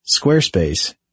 Squarespace